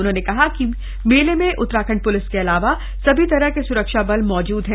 उन्होंने कहा कि मेले में उत्तराखंड प्लिस के अलावा सभी तरह के सुरक्षा बल मौजूद है